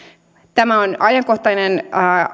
tämä on ajankohtainen